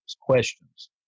questions